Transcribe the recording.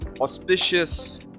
auspicious